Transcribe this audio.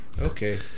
Okay